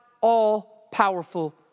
all-powerful